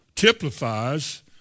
typifies